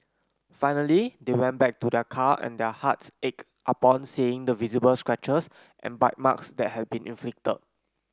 finally they went back to their car and their hearts ached upon seeing the visible scratches and bite marks that had been inflicted